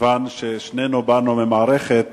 מכיוון ששנינו באנו ממערכת